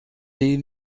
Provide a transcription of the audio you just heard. des